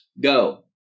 Go